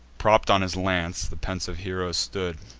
propp'd on his lance the pensive hero stood,